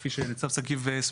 כפי שהסביר ניצב שגיב,